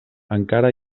encara